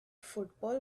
football